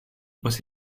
was